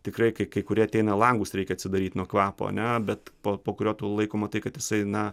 tikrai kai kai kurie ateina langus reikia atsidaryti nuo kvapo ane bet po po kurio tu laiko matai kad jisai na